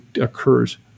occurs